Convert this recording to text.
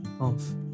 off